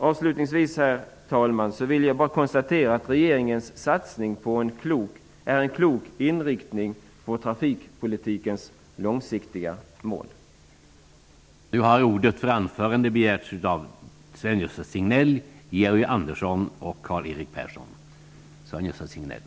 Avslutningsvis vill jag konstatera att regeringens satsning för att nå trafikpolitikens långsiktiga mål har en klok inriktning.